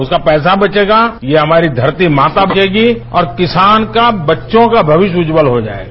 उसका पैसा बचेगा ये हमारी धरती माता बचेगी और किसान का बच्चों का भविष्य उज्जवल हो जाएगा